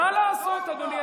איך אתם בונים לעצמכם דמיון.